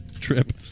Trip